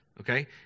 Okay